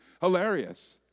Hilarious